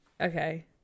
Okay